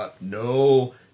no